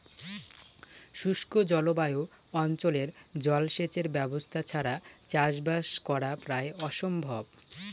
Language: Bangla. শুষ্ক জলবায়ু অঞ্চলে জলসেচের ব্যবস্থা ছাড়া চাষবাস করা প্রায় অসম্ভব